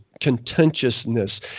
contentiousness